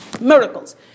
Miracles